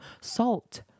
Salt